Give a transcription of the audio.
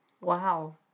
Wow